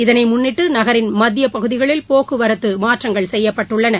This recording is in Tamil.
இதனை முன்னிட்டு நகரின் மத்திய பகுதிகளில் போக்குவரத்து மாற்றங்கள் செய்யப்பட்டுள்ளன